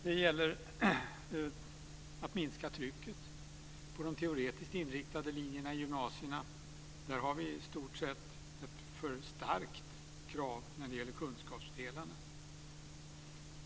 Det gäller att minska trycket på de teoretiskt inriktade linjerna i gymnasierna. Där har vi i stort sett ett för starkt krav när det gäller kunskapsdelarna.